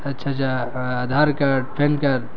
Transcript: اچھا اچھا Aadhaar card PAN card